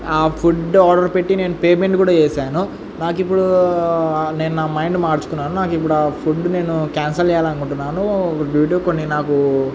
ఆ food order పెట్టి నేను పేమెంట్ కూడా చేశాను నాకిప్పుడు నేను నా మైండ్ మార్చుకున్నాను నాకు ఇప్పుడు ఆ ఫుడ్ నేను క్యాన్సెల్ చేయాలనుకుంటున్నాను డ్యూ టు కొన్ని నాకు